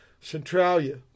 Centralia